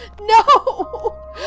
No